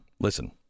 Listen